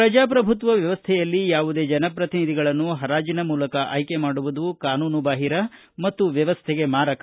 ಪ್ರಜಾಪ್ರಭುತ್ವ ವ್ಯವಸ್ಥೆಯಲ್ಲಿ ಯಾವುದೇ ಜನಪ್ರತಿನಿಧಿಗಳನ್ನು ಪರಾಜಿನ ಮೂಲಕ ಆಯ್ಲಿ ಮಾಡುವುದು ಕಾನೂನುಬಾಹಿರ ಮತ್ತು ವ್ಯವಸ್ಥೆಗೆ ಮಾರಕ